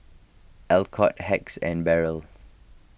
Alcott Hacks and Barrel